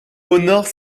honore